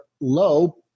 low